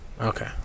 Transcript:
Okay